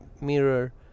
mirror